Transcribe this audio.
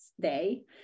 Day